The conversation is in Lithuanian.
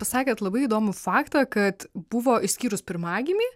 pasakėt labai įdomų faktą kad buvo išskyrus pirmagimį